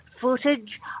footage